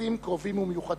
יחסים קרובים ומיוחדים.